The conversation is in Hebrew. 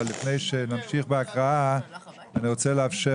אבל לפני שנמשיך בהקראה אני רוצה לאפשר